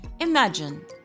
Imagine